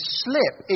slip